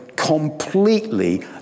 completely